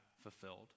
fulfilled